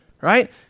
right